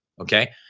Okay